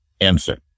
answer